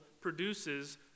produces